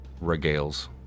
regales